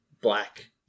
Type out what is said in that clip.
black